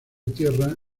tierra